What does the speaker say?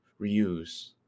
reuse